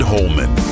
Holman